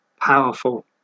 powerful